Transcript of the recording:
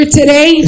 today